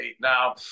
Now